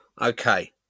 Okay